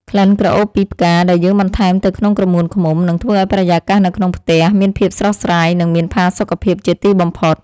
ក្លិនក្រអូបពីផ្កាដែលយើងបន្ថែមទៅក្នុងក្រមួនឃ្មុំ នឹងធ្វើឱ្យបរិយាកាសនៅក្នុងផ្ទះមានភាពស្រស់ស្រាយ និង មានផាសុកភាពជាទីបំផុត។